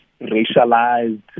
racialized